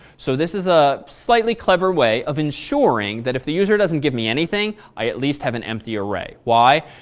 so this is a slightly clever way of ensuring that if the user doesn't give me anything, i at least have an empty array. why?